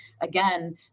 again